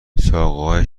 ساقههای